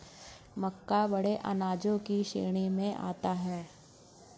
मक्का बड़े अनाजों की श्रेणी में आता है